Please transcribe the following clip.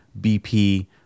BP